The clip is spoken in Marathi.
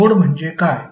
नोड म्हणजे काय